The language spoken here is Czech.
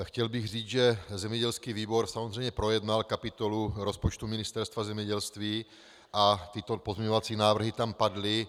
Chtěl bych říct, že zemědělský výbor samozřejmě projednal kapitolu rozpočtu Ministerstva zemědělství a tyto pozměňovací návrhy tam padly.